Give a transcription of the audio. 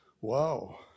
Wow